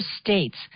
states